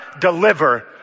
deliver